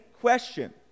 question